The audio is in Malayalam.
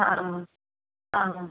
ആ ആ ആ